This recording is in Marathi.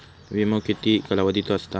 विमो किती कालावधीचो असता?